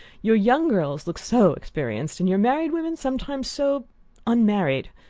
your young girls look so experienced, and your married women sometimes so unmarried.